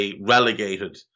relegated